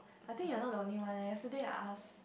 I think you're not the only one eh yesterday I ask